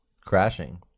Crashing